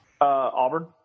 Auburn